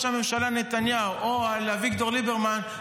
הממשלה נתניהו או על אביגדור ליברמן,